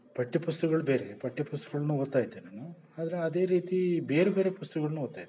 ಪಠ್ಯ ಪುಸ್ತಕಗಳ್ ಬೇರೆ ಪಠ್ಯ ಪುಸ್ತಕಗಳ್ನು ಓದ್ತಾಯಿದ್ದೆ ನಾನು ಆದರೆ ಅದೇ ರೀತಿ ಬೇರೆಬೇರೆ ಪುಸ್ತಕಗಳನ್ನು ಓದ್ತಾಯಿದ್ದೆ